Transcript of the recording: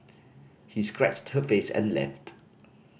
he scratched her face and left